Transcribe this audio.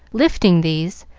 lifting these,